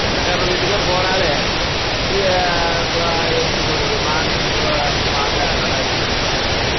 சொந்தக்காரர் வீட்டுக்கே போனாலும் இப்போது எப்படி சொல்றது வாங்கனு சொல்லணும் வாங்க நல்லா இருக்கிறீங்களா அப்படின்பாங்க